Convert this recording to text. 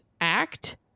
act